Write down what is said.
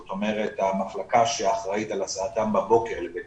זאת אומרת המחלקה שאחראית על הסעתם בבוקר לבית